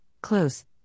close